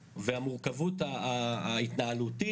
על זה יוכלו להסביר יותר אולי במשרד הבריאות ואולי במשרד האוצר.